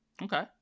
Okay